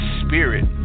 spirit